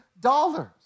dollars